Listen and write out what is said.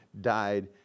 died